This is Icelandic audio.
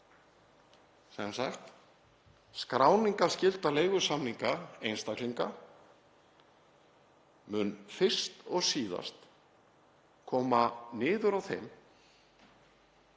Sem sagt, skráningarskylda leigusamninga einstaklinga mun fyrst og síðast koma niður á þeim